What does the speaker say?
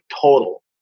total